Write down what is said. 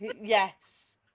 Yes